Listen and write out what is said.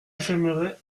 j’aimerais